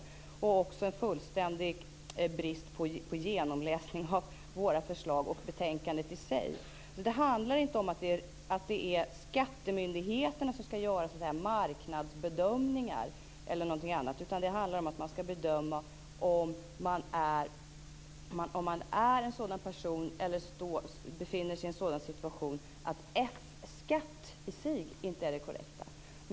Dessutom visar de en fullständig brist på genomläsning av såväl våra förslag som betänkandet i sig. Det handlar inte om att skattemyndigheterna skall göra marknadsbedömningar osv., utan det handlar om att de skall bedöma om man är en sådan person eller befinner sig i en sådan situation att F-skatt i sig inte är det korrekta.